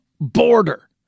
border